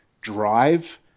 drive